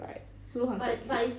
right 鹿晗 quite cute